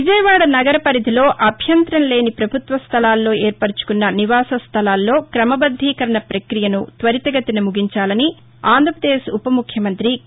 విజయవాడ నగర పరిధిలో అభ్యంతరం లేని పభుత్వ స్టలాల్లో ఏర్పరచుకున్న నివాస స్టలాల్లో క్రమబద్దీకరణ ప్రపక్రియను త్వరితగతిన ముగించాలని ఆంధ్రపదేశ్ ఉప ముఖ్యమంతి కే